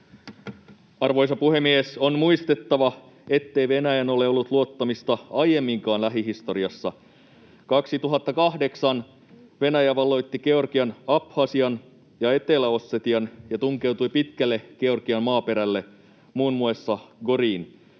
Arvoisa puhemies! On muistettava, ettei Venäjään ole ollut luottamista aiemminkaan lähihistoriassa. 2008 Venäjä valloitti Georgian Abhasian ja Etelä-Ossetian ja tunkeutui pitkälle Georgian maaperälle, muun muassa Goriin.